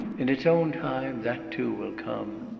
in its own time that, too, will come.